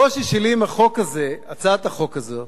הקושי שלי עם החוק הזה, הצעת החוק הזאת,